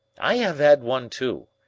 i have had one too,